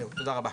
תודה רבה.